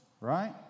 right